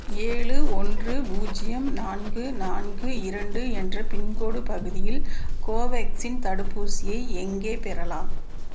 ஏழு ஒன்று பூஜ்ஜியம் நான்கு நான்கு இரண்டு என்ற பின்கோடு பகுதியில் கோவேக்ஸின் தடுப்பூசியை எங்கே பெறலாம்